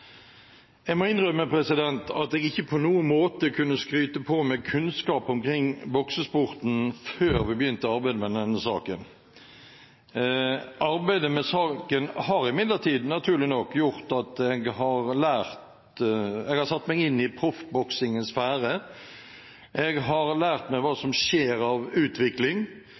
Jeg må innrømme at jeg ikke på noen måte kunne skryte på meg kunnskap omkring boksesporten før vi begynte arbeidet med denne saken. Arbeidet med saken har imidlertid – naturlig nok – gjort at jeg har satt meg inn i proffboksingens sfære. Jeg har lært meg hva som skjer av utvikling,